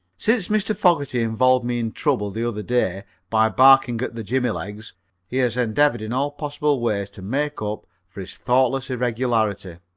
since mr. fogerty involved me in trouble the other day by barking at the jimmy-legs he has endeavored in all possible ways to make up for his thoughtless irregularity.